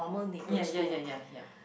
ya ya ya ya ya